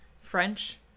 french